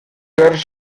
chœurs